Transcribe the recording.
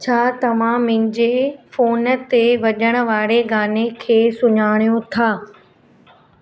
छा तव्हां मुंहिंजे फोन ते वॼण वारे गाने खे सुञाणियो था